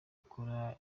akora